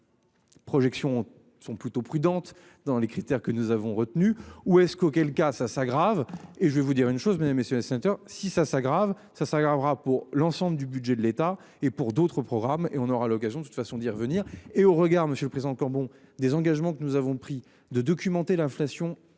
les. Projections sont plutôt prudentes dans les critères que nous avons retenus ou est-ce qu'auquel cas ça s'aggrave et je vais vous dire une chose, mesdames, messieurs les sénateurs. Si ça s'aggrave ça s'aggravera. Pour l'ensemble du budget de l'État et pour d'autres programmes et on aura l'occasion de toute façon d'y revenir et au regard. Monsieur le Président encore bon des engagements que nous avons pris de documenter l'inflation,